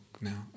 now